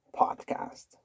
podcast